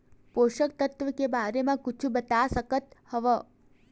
पोषक तत्व के बारे मा कुछु बता सकत हवय?